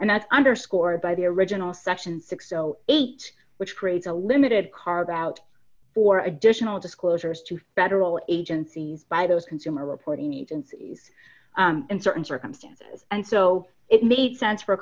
and that's underscored by the original section six hundred and eight which creates a limited carve out for additional disclosures to federal agencies by those consumer reporting agencies in certain circumstances and so it made sense for